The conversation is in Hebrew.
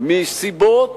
מסיבות